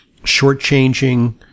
shortchanging